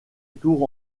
tours